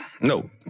No